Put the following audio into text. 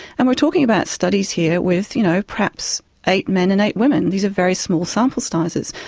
and we're talking about studies here with you know perhaps eight men and eight women. these are very small sample sizes,